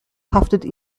haftete